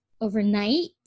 overnight